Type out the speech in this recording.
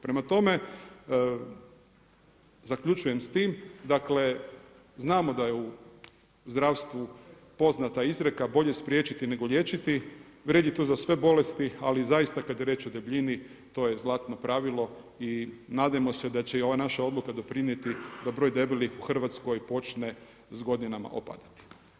Prema tome zaključujem s tim, znamo da je u zdravstvu poznata izreka bolje spriječiti nego liječiti, vrijedi to sve za bolesti, ali zaista kada je riječ o debljini to je zlatno pravilo i nadajmo se da će i ova naša odluka doprinijeti da broj debelih u Hrvatskoj počne s godinama opadati.